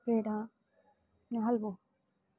પેંડા ને હલવો